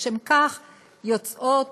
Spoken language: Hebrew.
לשם כך יוצאות